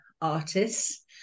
artists